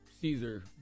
Caesar